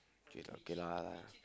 okay lah okay lah